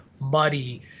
muddy